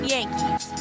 Yankees